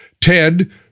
Ted